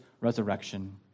resurrection